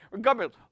government